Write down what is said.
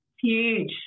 Huge